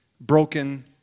broken